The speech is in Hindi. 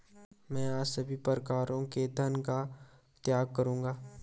मैं आज सभी प्रकारों के धन का त्याग करूंगा